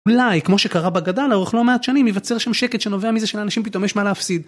אולי, כמו שקרה בגדה לאורך לא מעט שנים, ייווצר שם שקט שנובע מזה שלאנשים פתאום יש מה להפסיד.